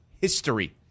history